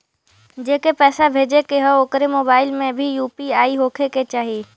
जेके पैसा भेजे के ह ओकरे मोबाइल मे भी यू.पी.आई होखे के चाही?